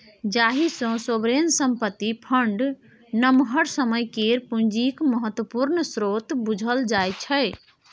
जाहि सँ सोवरेन संपत्ति फंड नमहर समय केर पुंजीक महत्वपूर्ण स्रोत बुझल जाइ छै